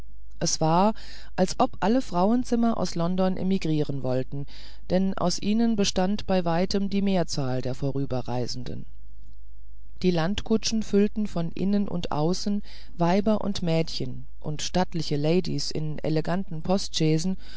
es war als ob alle frauenzimmer aus london emigrieren wollten denn aus ihnen bestand bei weitem die mehrzahl der vorüberreisenden die landkutschen füllten von innen und außen weiber und mädchen und stattliche ladies in eleganten